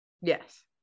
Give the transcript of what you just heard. Yes